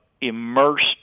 immersed